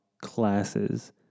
classes